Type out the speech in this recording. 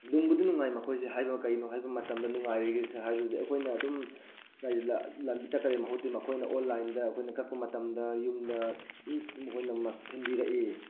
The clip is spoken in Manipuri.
ꯅꯨꯡꯕꯨꯗꯤ ꯅꯨꯡꯉꯥꯏ ꯃꯈꯣꯏꯁꯦ ꯍꯥꯏꯕ ꯀꯩꯒꯤꯅꯣ ꯍꯥꯏꯕ ꯃꯇꯝꯗ ꯅꯨꯡꯉꯥꯏꯔꯤꯒꯤꯁꯦ ꯍꯥꯏꯕꯗꯨꯗꯤ ꯑꯩꯈꯣꯏꯅ ꯑꯗꯨꯝ ꯀꯔꯤ ꯆꯠꯈꯔꯦ ꯃꯈꯣꯏ ꯇꯤꯝ ꯑꯩꯈꯣꯏꯅ ꯑꯣꯟꯂꯥꯏꯟꯗ ꯑꯩꯈꯣꯏꯅ ꯀꯛꯄ ꯃꯇꯝꯗ ꯌꯨꯝꯗ ꯃꯈꯣꯏꯅ ꯊꯤꯟꯕꯤꯔꯛꯏ